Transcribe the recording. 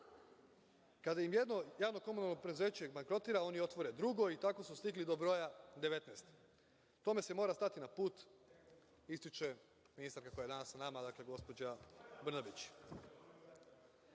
Kada im jedno javno komunalno preduzeće bankrotira, oni otvore drugo i tako su stigli do broja 19. Tome se mora stati na put, ističe ministarka koja je danas sa nama, dakle, gospođa Brnabić. Ja